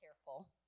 careful